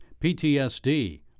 PTSD